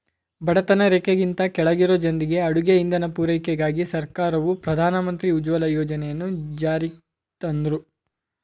ಬಡತನ ರೇಖೆಗಿಂತ ಕೆಳಗಿರೊ ಜನ್ರಿಗೆ ಅಡುಗೆ ಇಂಧನ ಪೂರೈಕೆಗಾಗಿ ಸರ್ಕಾರವು ಪ್ರಧಾನ ಮಂತ್ರಿ ಉಜ್ವಲ ಯೋಜನೆಯನ್ನು ಜಾರಿಗ್ತಂದ್ರು